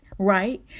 Right